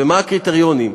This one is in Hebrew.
ומה הקריטריונים?